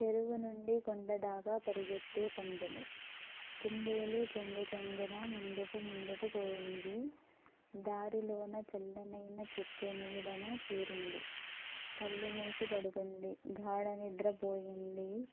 చెరువు నుండి కొండదాకా పరిగెత్తే పందెము కుందేలు చెంగుచంగున ముందుకు ముందుకు పోయింది దారిలోన చల్లనైన చెట్టు నీడన చేరింది కళ్ళు మూసి పడుకుంది ఘాడ నిద్ర పోయింది